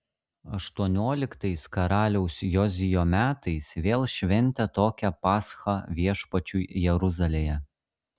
aštuonioliktais karaliaus jozijo metais vėl šventė tokią paschą viešpačiui jeruzalėje